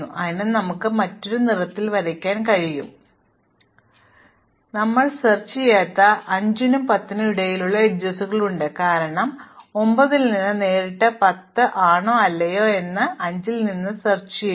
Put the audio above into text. അതിനാൽ നമുക്ക് അവയെ മറ്റൊരു നിറത്തിൽ വരയ്ക്കാൻ കഴിയും അതിനാൽ ഞങ്ങൾ പര്യവേക്ഷണം ചെയ്യാത്ത 5 നും 10 നും ഇടയിലുള്ള അരികുണ്ട് കാരണം 9 ൽ നിന്ന് നേരിട്ട് 10 ആണോ അല്ലയോ എന്ന് 5 പര്യവേക്ഷണം ചെയ്തു